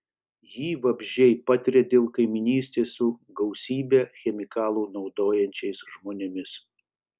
jį vabzdžiai patiria dėl kaimynystės su gausybę chemikalų naudojančiais žmonėmis